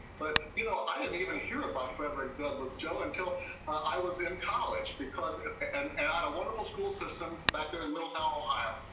but you know i didn't even hear about frederick douglass, joe, until i was in college, and and i had a wonderful school system back in middletown, ohio,